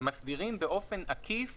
מסדירים באופן עקיף